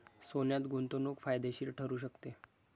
सोन्यात गुंतवणूक फायदेशीर ठरू शकते